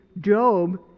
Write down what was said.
Job